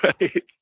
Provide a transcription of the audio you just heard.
right